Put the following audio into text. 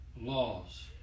laws